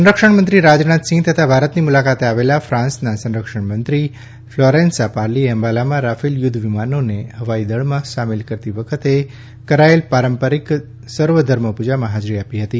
સંરક્ષણમંત્રી રાજનાથસિંહ તથા ભારતની મુલાકાતે આવેલા ફાન્સના સંરક્ષણમંત્રી ફ્લોરેન્સા પાર્લીએ અંબાલામાં રાફેલ યુદ્ધ વિમાનોને હવાઈદળમાં સામેલ કરતી વખતે કરાચેલી પારંપારિક સર્વધર્મ પૂજામાં હાજરી આપી હતી